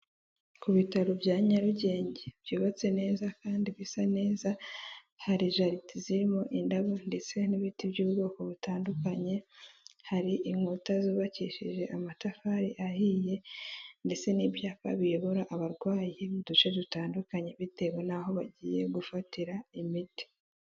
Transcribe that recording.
ku bitaro bya Nyarugenge byubatse neza kandi bisa neza, hari jaride zirimo indabo ndetse n'ibiti by'ubwoko butandukanye, hari inkuta zubakishije amatafari ahiye ndetse n'ibyapa biyobora abarwayi mu duce dutandukanye bitewe n'aho bagiye gufatira imiti.